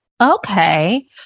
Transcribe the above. okay